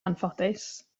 anffodus